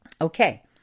Okay